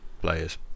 players